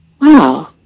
Wow